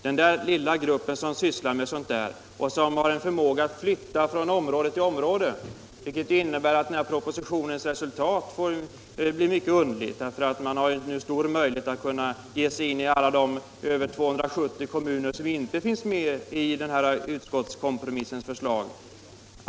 Den lilla grupp som sysslar med sådant har dessutom en förmåga att flytta från område till område. Det innebär att propositionens resultat blir mycket underligt, därför att dessa människor har möjlighet att ge sig in i alla de över 270 kommuner som inte finns med i utskottskompromissens förslag.